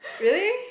really